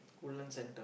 Woodlands-Centre